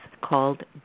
called